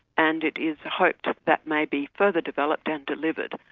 and it is hoped that maybe further developed and delivered,